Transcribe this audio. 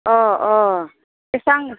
अ अ बेसेबां